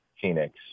Phoenix